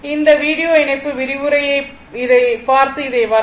இந்த வீடியோ இணைப்பு விரிவுரையை பார்த்து இதை வரையவும்